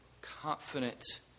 confident